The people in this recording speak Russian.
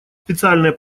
специальные